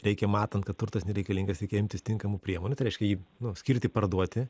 reikia matant kad turtas nereikalingas reikia imtis tinkamų priemonių tai reiškia jį nu skirti parduoti